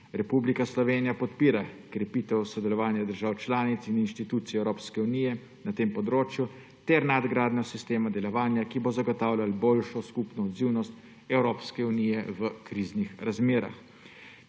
Republika Slovenija podpira krepitev sodelovanja držav članic in institucij Evropske unije na tem področju ter nadgradnjo sistema delovanja, ki bo zagotavljal boljšo skupno odzivnost Evropske unije v kriznih razmerah.